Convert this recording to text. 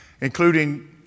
including